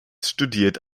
studierte